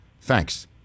thanks